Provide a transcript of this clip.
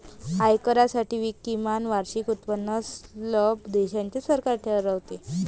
आयकरासाठी किमान वार्षिक उत्पन्न स्लॅब देशाचे सरकार ठरवते